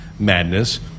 Madness